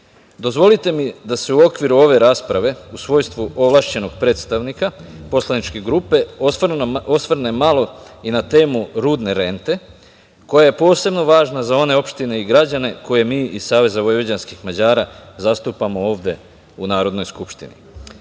razvoj. Dozvolite mi da se u okviru ove rasprave u svojstvu ovlašćenog predstavnika poslaničke grupe osvrnem malo i na temu rudne rente koja je posebno važna i za one opštine i građane koje mi iz SVM zastupamo ovde u Narodnoj skupštini.